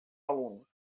alunos